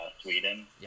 Sweden